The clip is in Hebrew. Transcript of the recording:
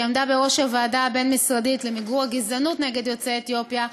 שעמדה בראש הוועדה למיגור הגזענות נגד יוצאי אתיופיה,